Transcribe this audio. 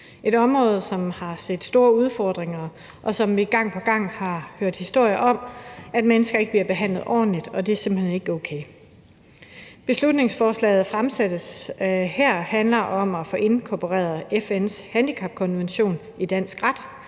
et område, som har set store udfordringer, og hvor vi gang på gang har hørt historier om, at mennesker ikke bliver behandlet ordentligt, og det er simpelt hen ikke okay. Beslutningsforslaget handler om at få inkorporeret FN's handicapkonvention i dansk ret